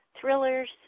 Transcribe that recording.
thrillers